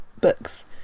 books